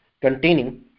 containing